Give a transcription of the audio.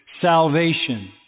salvation